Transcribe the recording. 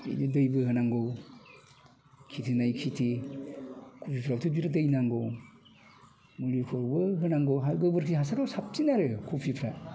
बिदि दैबो होनांगौ खिथि नायै खिथि खबिफ्राबोथ' बिराद दै नांगौ मुलिखौबो होनांगौ गोबोरखि हासारब्ला साबसिन आरो खबिफ्रा